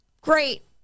great